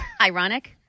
Ironic